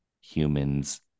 humans